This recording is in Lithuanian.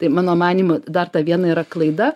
tai mano manymu dar ta viena yra klaida